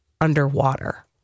underwater